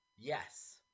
yes